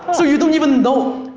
so you don't even know!